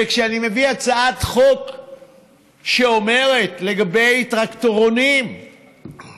וכשאני מביא הצעת חוק לגבי טרקטורונים שמשתוללים